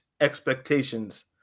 expectations